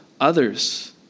others